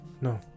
No